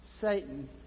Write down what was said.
Satan